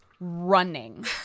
running